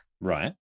Right